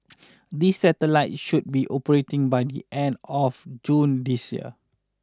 these satellite should be operating by the end of June this year